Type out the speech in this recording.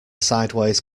sideways